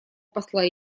посла